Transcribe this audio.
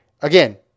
again